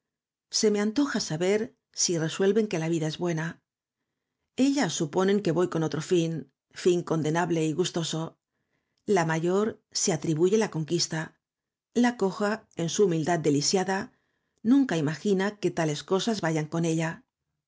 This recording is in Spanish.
se me antoja saber si resuelven que la vida es buena ellas suponen que voy con otro fin fin condenable y gustoso la mayor se atribuye la conquista la coja en su humildad de lisiada nunca imagina que tales cosas vayan con ella